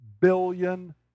billion